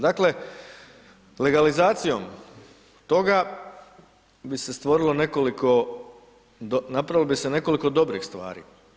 Dakle, legalizacijom toga bi se stvorilo nekoliko, napravilo bi se nekoliko dobrih stvari.